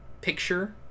picture